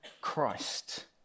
Christ